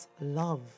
love